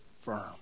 firm